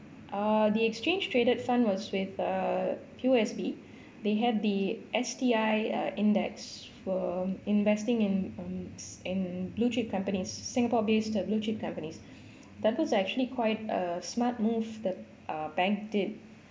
ah the exchange traded fund was with uh P_O_S_B they had the S_T_I uh index were investing in um in and blue chip companies singapore based uh blue chip companies that was actually quite a smart move the uh bank did